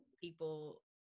people